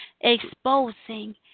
Exposing